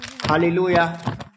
Hallelujah